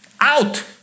out